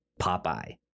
Popeye